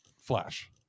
flash